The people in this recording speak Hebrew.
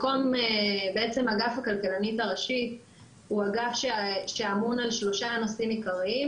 בעצם אגף הכלכלנית הראשית הוא אגף שאמון על שלושה נושאים עיקריים: